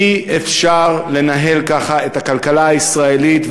אי-אפשר לנהל ככה את הכלכלה הישראלית,